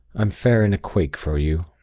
i'm fair in a quake for you